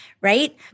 right